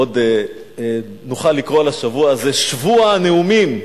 עוד נוכל לקרוא לשבוע הזה "שבוע הנאומים",